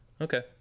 okay